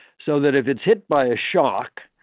so that if it's hit by a shock,